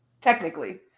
Technically